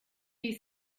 you